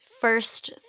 first